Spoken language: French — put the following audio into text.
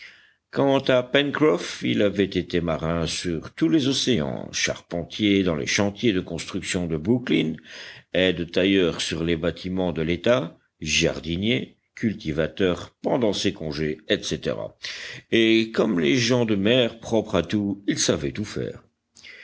à pencroff il avait été marin sur tous les océans charpentier dans les chantiers de construction de brooklyn aidetailleur sur les bâtiments de l'état jardinier cultivateur pendant ses congés etc et comme les gens de mer propre à tout il savait tout faire